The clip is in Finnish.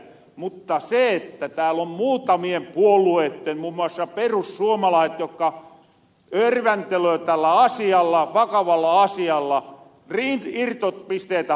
mutta tääl on muutamia puolueita muun muassa perussuomalaiset jokka örväntelöö tällä asialla vakavalla asialla irtopisteitä hakien